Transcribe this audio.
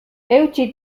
eutsi